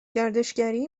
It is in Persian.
گردشگری